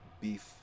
beef